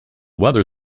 weather